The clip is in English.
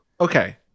Okay